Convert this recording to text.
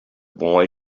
boy